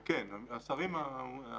כן, השרים המוסמכים.